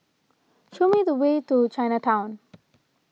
show me the way to Chinatown